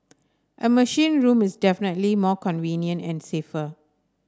a machine room is definitely more convenient and safer